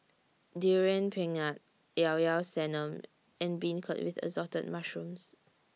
Durian Pengat Llao Llao Sanum and Beancurd with Assorted Mushrooms